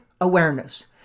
awareness